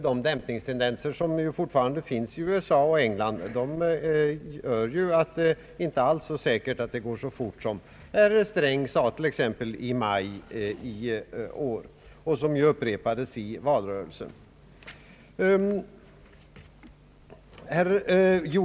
De dämpningstendenser som fortfarande finns i USA och England gör att det inte alls är säkert att konjunkturerna går upp så fort som herr Sträng sade i maj i år och som också upprepades i valrörelsen.